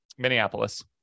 Minneapolis